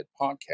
podcast